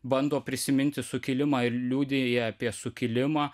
bando prisiminti sukilimą ir liudija apie sukilimą